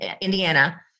Indiana